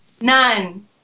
None